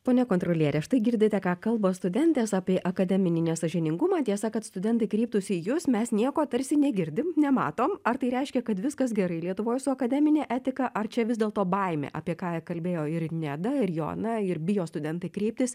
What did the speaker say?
pone kontroliere štai girdite ką kalba studentės apie akademinį nesąžiningumą tiesa kad studentai kreiptųsi į jus mes nieko tarsi negirdim nematom ar tai reiškia kad viskas gerai lietuvoj su akademine etika ar čia vis dėlto baimė apie ką kalbėjo ir neda ir joana ir bijo studentai kreiptis